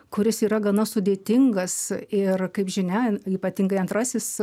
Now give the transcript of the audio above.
kuris yra gana sudėtingas ir kaip žinia ypatingai antrasis